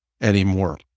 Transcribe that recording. anymore